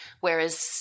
Whereas